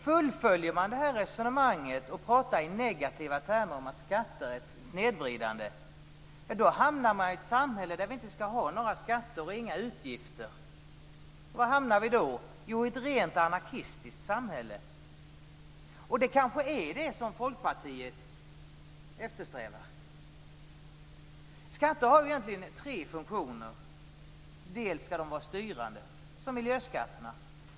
Fullföljer man resonerandet i negativa termer om att skatter är snedvridande, kommer man fram till ett samhälle där vi inte skall ha några skatter och utgifter. Var hamnar vi då? Jo, i ett rent anarkistiskt samhälle. Det är kanske också det som Folkpartiet eftersträvar. Skatter har egentligen tre funktioner. För det första skall de vara styrande, som miljöskatterna.